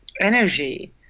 energy